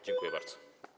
Dziękuję bardzo.